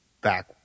back